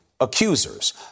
accusers